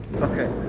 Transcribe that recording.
Okay